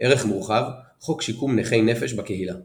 ערך מורחב – חוק שיקום נכי נפש בקהילה